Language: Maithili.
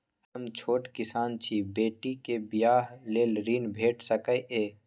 हम छोट किसान छी, बेटी के बियाह लेल ऋण भेट सकै ये?